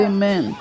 Amen